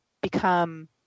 become